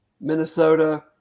Minnesota